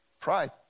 Pride